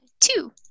two